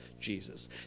Jesus